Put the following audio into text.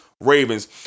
Ravens